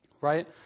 right